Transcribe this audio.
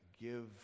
give